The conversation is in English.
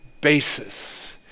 basis